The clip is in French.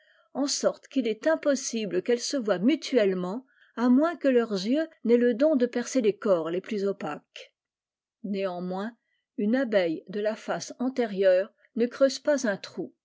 en sorte qu'il est impossible qu'elles se voient mutuellement à moins que leur yeux n'aient le don de percer les corps les plus opaques néanmoins une abeille de la face antérieure ne creuse pas xm trou